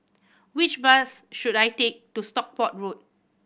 which bus should I take to Stockport Road